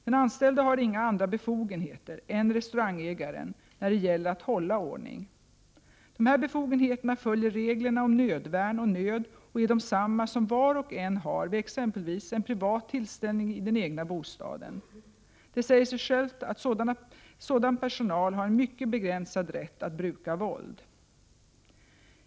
Den anställde har inga andra befogenheter än restaurangägaren när det gäller att hålla ordning. Dessa befogenheter följer reglerna om nödvärn och nöd och är desamma som var och en har vid exempelvis en privat tillställning i den egna bostaden. Det säger sig självt att sådan personal har en mycket begränsad rätt att bruka våld.